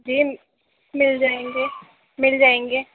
جی مل جائیں گے مل جائیں گے